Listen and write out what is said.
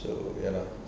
so ya lah